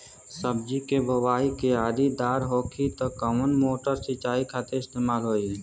सब्जी के बोवाई क्यारी दार होखि त कवन मोटर सिंचाई खातिर इस्तेमाल होई?